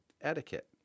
etiquette